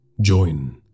Join